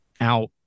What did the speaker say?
out